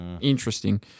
interesting